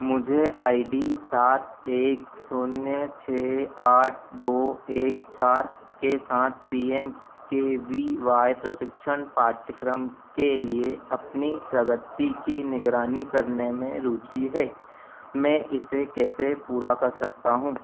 मुझे I D सात L शून्य छह आठ दो एक चार के साथ P M K V Y प्रशिक्षण पाठ्यक्रम के लिए अपनी प्रगति की निगरानी करने में रुचि है मैं इसे कैसे पूरा कर सकता हूँ